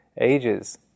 ages